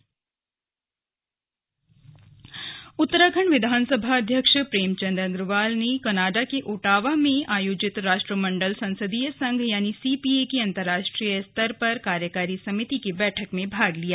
प्रेमचंद अग्रवाल उत्तराखंड विधानसभा अध्यक्ष प्रेमचंद अग्रवाल ने कनाडा के ओटावा में आयोजित राष्ट्रमंडल संसदीय संघ यानि सीपीए की अंतरराष्ट्रीय स्तर पर कार्यकारी समिति की बैठक में भाग लिया